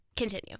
continue